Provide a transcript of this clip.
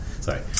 sorry